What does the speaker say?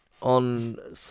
on